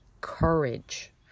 courage